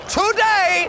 today